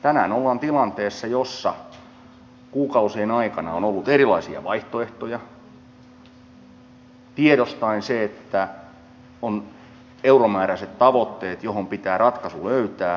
tänään ollaan tilanteessa jossa kuukausien aikana on ollut erilaisia vaihtoehtoja tiedostaen se että on euromääräiset tavoitteet joihin pitää ratkaisu löytää